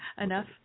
Enough